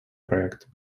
проектом